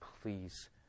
please